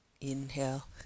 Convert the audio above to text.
Inhale